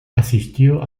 asistió